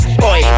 boy